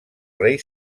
rei